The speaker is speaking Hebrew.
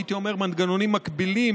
הייתי אומר מנגנונים מקבילים,